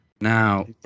Now